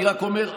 אני רק אומר,